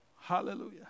Hallelujah